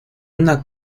una